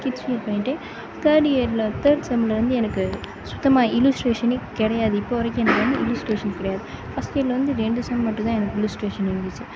kids wear பண்ணிவிட்டு third இயரில் third செம்மில் வந்து எனக்கு சுத்தமாக இல்லுஸ்ட்ரேஷனே கிடையாது இப்போ வரைக்கும் எனக்கு வந்து இல்லுஸ்ட்ரேஷன் கிடையாது ஃபர்ஸ்ட் இயரில் வந்து ரெண்டு செம் மட்டும்தான் எனக்கு இல்லுஸ்ட்ரேஷன் இருந்துச்சு